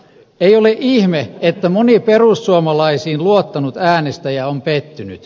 ei ole ihme että moni perussuomalaisiin luottanut äänestäjä on pettynyt